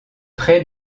près